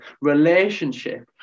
relationship